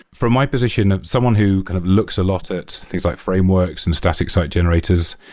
from my position, someone who kind of looks a lot at things like frameworks and static site generators,